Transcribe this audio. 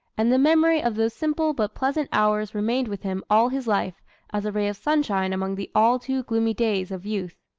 and the memory of those simple but pleasant hours remained with him all his life as a ray of sunshine among the all-too-gloomy days of youth.